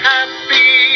Happy